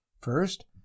First